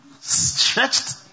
stretched